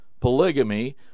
Polygamy